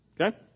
Okay